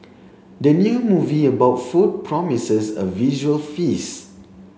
the new movie about food promises a visual feast